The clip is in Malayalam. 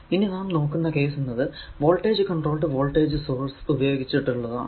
ഇനി നാം നോക്കുന്ന കേസ് എന്നത് വോൾടേജ് കൺട്രോൾഡ് വോൾടേജ് സോഴ്സ് ഉപയോഗിച്ചിട്ടുള്ളതാണ്